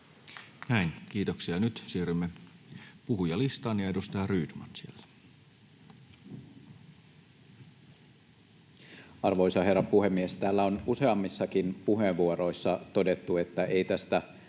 Näin, kiitoksia. — Nyt siirrymme puhujalistaan. — Edustaja Rydman. Arvoisa herra puhemies! Täällä on useammissakin puheenvuoroissa todettu, että ei tästä